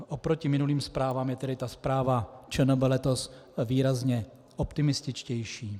Oproti minulým zprávám je tedy ta zpráva ČNB letos výrazně optimističtější.